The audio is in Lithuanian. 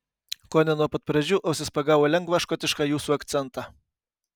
kone nuo pat pradžių ausis pagavo lengvą škotišką jūsų akcentą